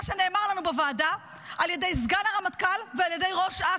שנאמר לנו בוועדה על ידי סגן הרמטכ"ל ועל ידי ראש אכ"א.